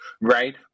right